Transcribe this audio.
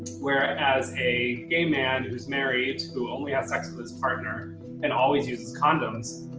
whereas a gay man who's married, who only has sex with his partner and always uses condoms,